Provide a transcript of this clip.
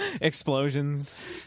Explosions